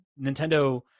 nintendo